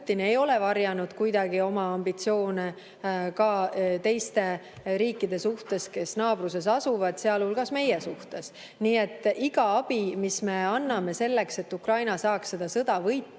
ei ole kuidagi varjanud oma ambitsioone ka teiste riikide suhtes, kes naabruses asuvad, sealhulgas meie suhtes. Nii et iga abi, mis me anname selleks, et Ukraina saaks selle sõja võita,